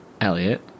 Elliot